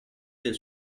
del